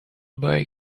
boy